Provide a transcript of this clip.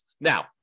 Now